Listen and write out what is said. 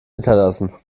hinterlassen